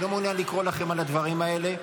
אני לא מעוניין לקרוא לכם על הדברים האלה.